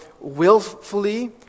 willfully